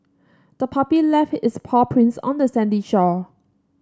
the puppy left its paw prints on the sandy shore